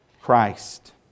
Christ